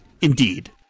Indeed